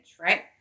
right